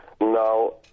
now